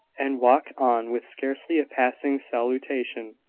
and walk on with scarcely a passing salutation.